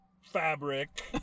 fabric